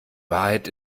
wahrheit